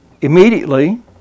immediately